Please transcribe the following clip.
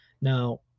Now